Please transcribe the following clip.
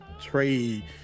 trade